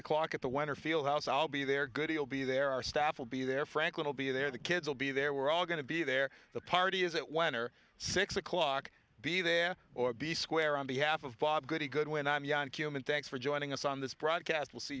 o'clock at the winterfield house i'll be there good you'll be there our staff will be there frank will be there the kids will be there we're all going to be there the party is it when are six o'clock be there or be square on behalf of bob goody good when i'm yawn cumin thanks for joining us on this broadcast will see